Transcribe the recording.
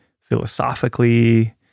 philosophically